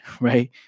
Right